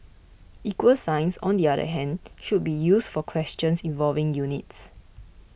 equal signs on the other hand should be used for questions involving units